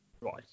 right